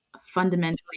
fundamentally